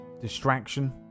distraction